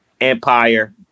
empire